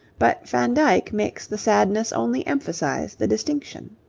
but van dyck makes the sadness only emphasize the distinction.